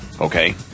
Okay